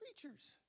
creatures